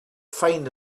find